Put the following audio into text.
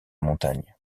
montagne